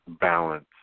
balance